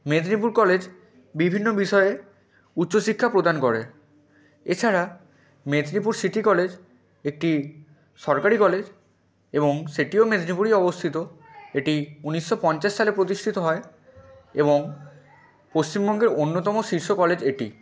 Medinipur college বিভিন্ন বিষয়ে উচ্চশিক্ষা প্রদান করে এছাড়া মেদিনীপুর সিটি কলেজ একটি সরকারি কলেজ এবং সেটিও মেদিনীপুরেই অবস্থিত এটি ঊনিশশো পঞ্চাশ সালে প্রতিষ্ঠিত হয় এবং পশ্চিমবঙ্গের অন্যতম শীর্ষ কলেজ এটি